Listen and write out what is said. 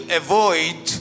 avoid